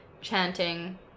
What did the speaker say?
chanting